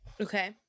Okay